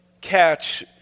catch